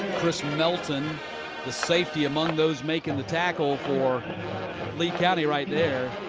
chris melton the safety among those making the tackle for lee county right there.